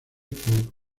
por